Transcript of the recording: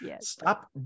Stop